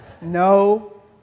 No